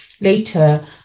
later